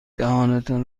دهانتان